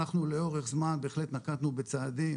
אנחנו לאורך זמן בהחלט נקטנו בצעדים